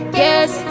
yes